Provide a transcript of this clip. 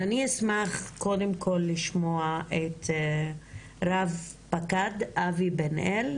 אז אני אשמח קודם כל לשמוע את רב פקד אבי בן אל,